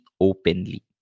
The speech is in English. openly